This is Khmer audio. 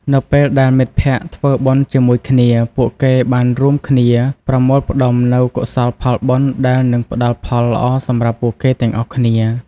នៅពេលដែលមិត្តភក្តិធ្វើបុណ្យជាមួយគ្នា ពួកគេបានរួមគ្នាប្រមូលផ្តុំនូវកុសលផលបុណ្យដែលនឹងផ្តល់ផលល្អសម្រាប់ពួកគេទាំងអស់គ្នា។